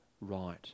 right